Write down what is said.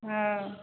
हँ